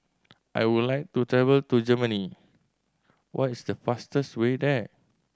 I would like to travel to Germany what is the fastest way there